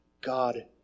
God